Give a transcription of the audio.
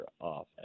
off